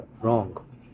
wrong